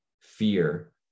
fear